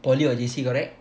poly or J_C correct